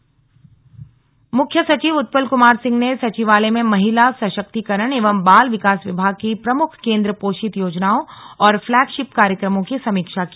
CS समीक्षा बैठक मुख्य सचिव उत्पल कुमार सिंह ने सचिवालय में महिला सशक्तिकरण एवं बाल विकास विभाग की प्रमुख केन्द्र पोषित योजनाओं और फ्लैगशिप कार्यक्रमों की समीक्षा की